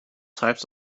types